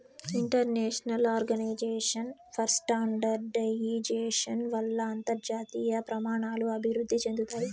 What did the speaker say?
international organisation for standardisation వల్ల అంతర్జాతీయ ప్రమాణాలు అభివృద్ధి చెందుతాయి